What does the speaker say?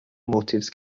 motives